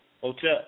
Hotel